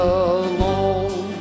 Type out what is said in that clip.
alone